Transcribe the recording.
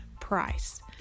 price